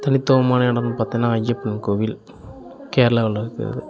தனித்துவமான இடம்னு பார்த்தின்னா ஐயப்பன் கோவில் கேரளாவில் இருக்குது அது